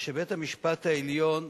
שבית-המשפט העליון,